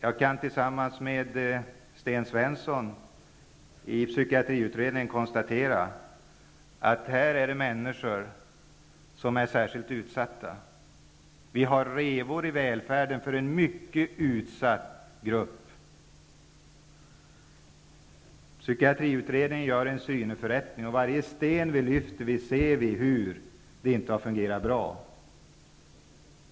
Jag kan tillsammans med Sten Svensson i psykiatriutredningen konstatera att det rör sig om människor som är särskilt utsatta. Vi har revor i välfärden för en mycket utsatt grupp. Psykiatriutredningen gör en syneförrättning. För varje sten vi lyfter ser vi att det inte har fungerat bra.